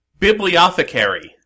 Bibliothecary